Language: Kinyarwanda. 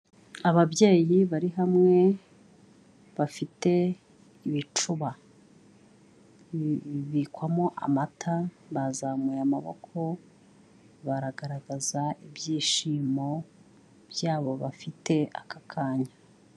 Ababyeyi bari hamwe, bafite ibicuba bibikwamo amata, bazamuye amaboko, baragaragaza ibyishimo byabo bafite aka kanya.